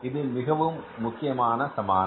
இது மிகவும் முக்கியமான சமானம்